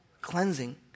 Cleansing